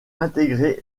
intégrer